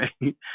right